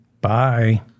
Bye